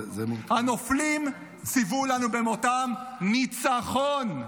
הנופלים ציוו לנו במותם ניצחון.